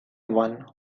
one